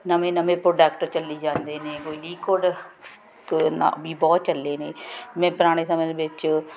ਨਵੇਂ ਨਵੇਂ ਪ੍ਰੋਡੋਕਟ ਚੱਲੀ ਜਾਂਦੇ ਨੇ ਕੋਈ ਲਿਕੁਅਡ ਤੇ ਨਾ ਵੀ ਬਹੁਤ ਚੱਲੇ ਨੇ ਮੈਂ ਪੁਰਾਣੇ ਸਮੇਂ ਦੇ ਵਿੱਚ